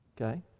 Okay